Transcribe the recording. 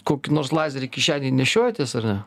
kokį nors lazerį kišenėj nešiojatės ar ne